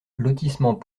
lotissement